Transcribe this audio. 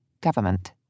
government